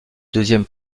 deuxième